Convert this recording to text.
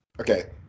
Okay